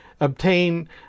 obtain